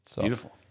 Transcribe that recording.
Beautiful